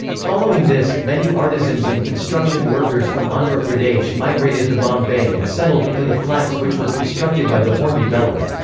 following this, many artisans and construction workers from andhra pradesh migrated to bombay and settled into the flats which were constructed by the hornby vellard.